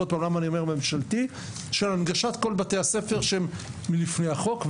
עוד פעם למה אני אומר ממשלתי של הנגשת כל בתי הספר שהם מלפני החוק.